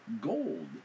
gold